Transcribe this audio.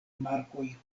markoj